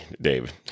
dave